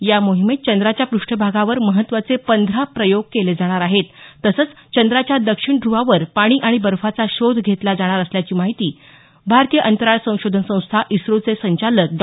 या मोहिमेत चंद्राच्या पृष्ठभागावर महत्त्वाचे पंधरा प्रयोग केले जाणार आहेत तसंच चंद्राच्या दक्षिण ध्रवावर पाणी आणि बर्फाचा शोध घेतला जाणार असल्याची माहिती भारतीय अंतराळ संशोधन संस्था इस्रोचे संचालक डॉ